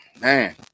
Man